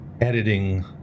editing